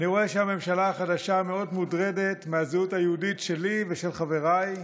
אני רואה שהממשלה החדשה מאוד מוטרדת מהזהות היהודית שלי ושל חבריי,